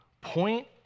Point